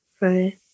right